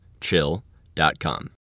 Chill.com